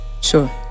Sure